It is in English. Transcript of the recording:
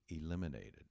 eliminated